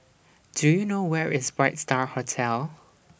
Do YOU know Where IS Bright STAR Hotel